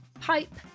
pipe